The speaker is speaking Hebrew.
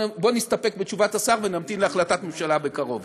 בואו נסתפק בתשובת השר ונמתין להחלטת ממשלה בקרוב.